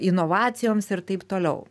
inovacijoms ir taip toliau